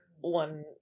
one